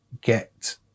get